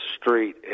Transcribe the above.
street